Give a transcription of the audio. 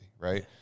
right